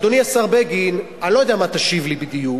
אדוני השר בגין, אני לא יודע מה תשיב לי בדיוק,